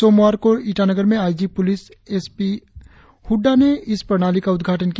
सोमवार को ईटानगर में IG police S P Hooda ने इस प्रणाली का उधाटन किया